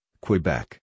Quebec